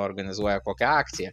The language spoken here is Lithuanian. organizuoja kokią akciją